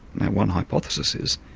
now one hypothesis is,